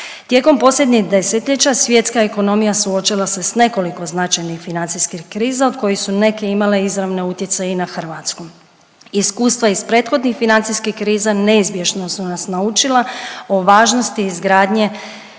Tijekom posljednjeg desetljeća svjetska ekonomija suočava se s nekoliko značajnih financijskih kriza, od kojih su neke imale izravne utjecaj i na Hrvatsku. Iskustva iz prethodnih financijskih kriza, neizbježno su nas naučila o važnosti izgradnje